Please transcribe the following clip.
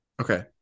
okay